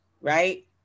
right